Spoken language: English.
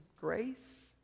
grace